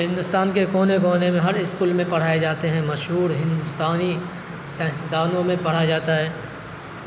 ہندوستان کے کونے کونے میں ہر اسکول میں پڑھائے جاتے ہیں مشہور ہندوستانی سائنسدانوں میں پڑھا جاتا ہے